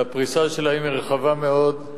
והפריסה שלהן היא רחבה מאוד,